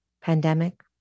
pandemic